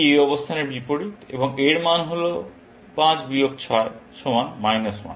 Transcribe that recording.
এটি এই অবস্থানের বিপরীত এবং এর মান হল 5 বিয়োগ 6 সমান মাইনাস 1